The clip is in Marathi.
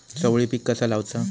चवळी पीक कसा लावचा?